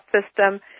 system